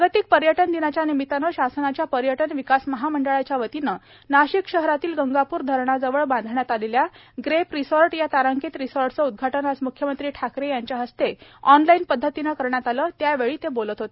जागतिक पर्यटक दिनाच्या निमित्ताने शासनाच्या पर्यटन विकास महामंडळाच्या वतीने नाशिक शहरातील गंगापूर धरणाजवळ बांधण्यात आलेल्या ग्रेप रिसॉर्ट या तारांकित रिसॉर्टचे उदघाटन आज म्ख्यमंत्री ठाकरे यांच्या हस्ते ऑनलाइन पद्धतीने करण्यात आले त्यावेळी ते बोलत होते